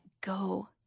go